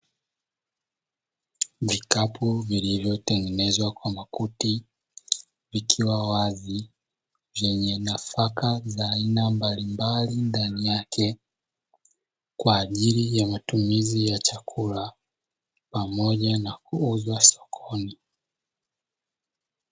Vikapu vilivyotengenezwa kwa makuti vikiwa wazi, vyenye nafaka za aina mbalimbali ndani yake, kwa ajili ya matumizi ya chakula pamoja na kuuzwa sokoni.